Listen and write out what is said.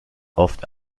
oft